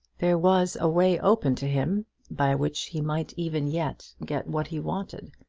there was a way open to him by which he might even yet get what he wanted.